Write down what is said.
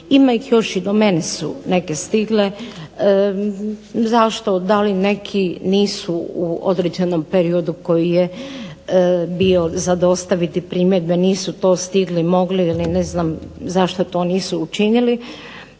ima ih još i do mene su neke stigle. Zašto, da li neki nisu u određenom periodu koji je bio za dostaviti primjedbe nisu to stigli, mogli ili ne znam zašto to nisu učinili.